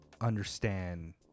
understand